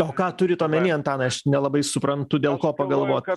o ką turit omeny antanai aš nelabai suprantu dėl ko pagalvot